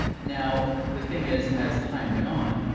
now, the thing is as time went on,